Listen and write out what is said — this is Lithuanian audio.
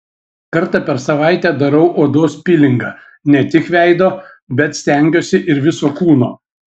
kartą per savaitę darau odos pilingą ne tik veido bet stengiuosi ir viso kūno